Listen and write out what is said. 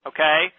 Okay